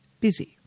busy